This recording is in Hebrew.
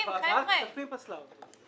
רק ועדת כספים פסלה אותו.